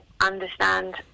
understand